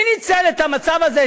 מי ניצל את המצב הזה,